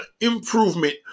improvement